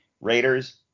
Raiders